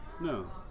No